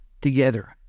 together